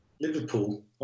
Liverpool